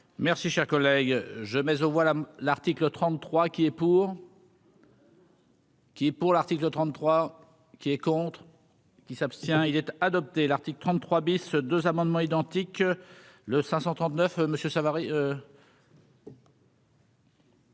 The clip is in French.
Merci, cher collègue, je mais au voilà l'article 33 qui est pour. Qui est pour l'article 33 qui est contre. Qui s'abstient, il était adopté l'article 33 bis 2 amendements identiques, le 539 Monsieur Savary.